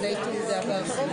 שהוועדה